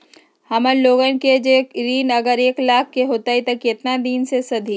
हमन लोगन के जे ऋन अगर एक लाख के होई त केतना दिन मे सधी?